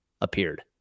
appeared